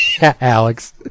Alex